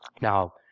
now